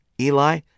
Eli